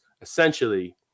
Essentially